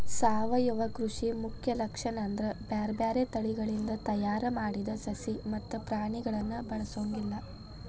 ಸಾವಯವ ಕೃಷಿ ಮುಖ್ಯ ಲಕ್ಷಣ ಅಂದ್ರ ಬ್ಯಾರ್ಬ್ಯಾರೇ ತಳಿಗಳಿಂದ ತಯಾರ್ ಮಾಡಿದ ಸಸಿ ಮತ್ತ ಪ್ರಾಣಿಗಳನ್ನ ಬಳಸೊಂಗಿಲ್ಲ